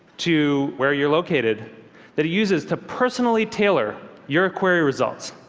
to where you're located that it uses to personally tailor your query results.